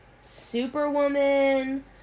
Superwoman